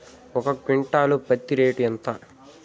ఒక క్వింటాలు పత్తి రేటు ఎంత?